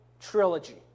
trilogy